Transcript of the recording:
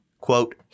quote